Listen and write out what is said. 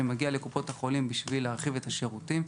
שמגיע אל קופות החולים בשביל להרחיב את השירותים.